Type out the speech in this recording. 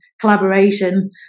collaboration